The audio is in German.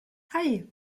hei